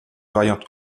variante